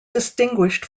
distinguished